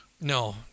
No